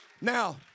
Now